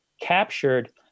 captured